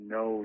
no